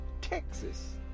Texas